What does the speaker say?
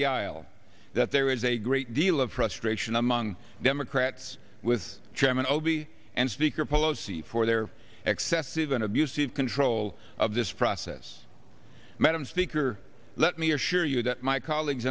the aisle that there is a great deal of frustration among democrats with chairman obie and speaker pelosi for their excessive and abusive control of this process madam speaker let me assure you that my colleagues